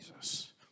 Jesus